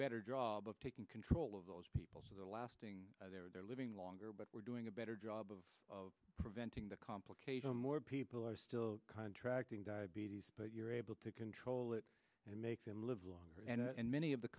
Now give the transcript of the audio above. better job of taking control of those people so the lasting they're living longer but we're doing a better job of preventing the complication more people are still contracting diabetes but you're able to control it and make them live longer and many of the